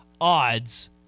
odds